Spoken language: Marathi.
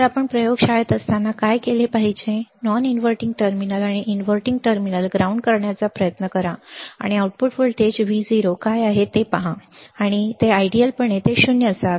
तर आपण प्रयोगशाळेत असताना काय केले पाहिजे नॉन इनव्हर्टिंग टर्मिनल आणि इनव्हर्टिंग टर्मिनल ग्राउंड करण्याचा प्रयत्न करा आणि आउटपुट व्होल्टेज Vo काय आहे ते पहा आणि आदर्शपणे ते 0 असावे